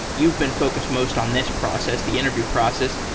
you've been focused most on this process, the interview process,